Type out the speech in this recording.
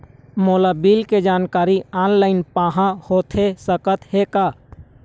मोला बिल के जानकारी ऑनलाइन पाहां होथे सकत हे का?